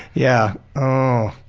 yeah, oh.